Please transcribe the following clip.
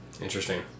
Interesting